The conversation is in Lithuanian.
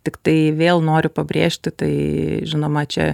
tiktai vėl noriu pabrėžti tai žinoma čia